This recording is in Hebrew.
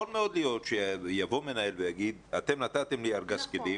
יכול להיות שמנהל יגיד אתם נתתם לי ארגז כלים,